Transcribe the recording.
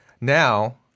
now